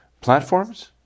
platforms